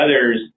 others